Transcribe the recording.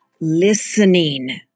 listening